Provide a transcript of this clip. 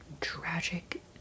tragic